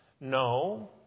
No